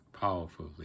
powerfully